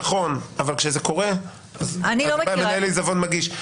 נכון, אבל כשזה קורה אז מנהל העיזבון מגיש.